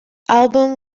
album